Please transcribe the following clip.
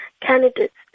candidates